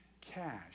cash